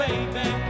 Baby